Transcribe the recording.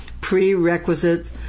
Prerequisite